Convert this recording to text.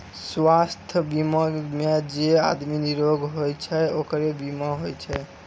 स्वास्थ बीमा मे जे आदमी निरोग होय छै ओकरे बीमा होय छै